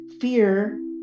fear